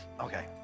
Okay